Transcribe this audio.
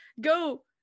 Go